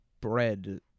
bread